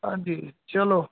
ਹਾਂਜੀ ਚਲੋ